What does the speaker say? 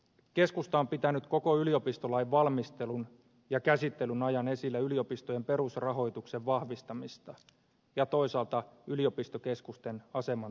keskusta on pitänyt koko yliopistolain valmistelun ja käsittelyn ajan esillä yliopistojen perusrahoituksen vahvistamista ja toisaalta yliopistokeskusten aseman turvaamista